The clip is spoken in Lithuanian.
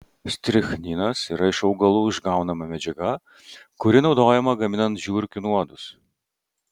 strichninas yra iš augalų išgaunama medžiaga kuri naudojama gaminant žiurkių nuodus